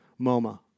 MoMA